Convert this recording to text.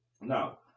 Now